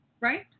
right